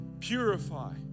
Purify